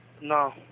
No